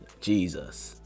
Jesus